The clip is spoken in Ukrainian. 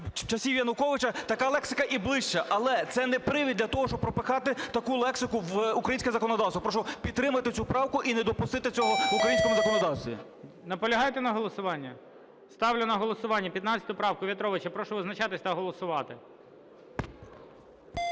часів Януковича, така лексика і ближча, але це не привід для того, щоб пропихати таку лексику в українське законодавство. Прошу підтримати цю правку і не допустити цього в українському законодавстві. ГОЛОВУЮЧИЙ. Наполягаєте на голосуванні? Ставлю на голосування 15 правку В'ятровича. Прошу визначатись та голосувати.